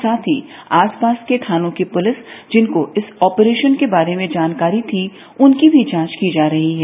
साथ ही आसपास के थानों की पुलिस जिनको इस ऑपरेशन के बारे में जानकारी थी उनकी भी जांच की जा रही है